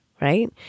right